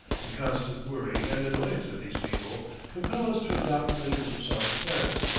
the constant worry and annoyance of these people compel us to adopt measures of self-defence,